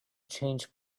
change